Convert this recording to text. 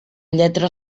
lletra